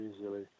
easily